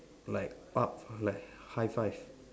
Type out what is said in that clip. like up like high five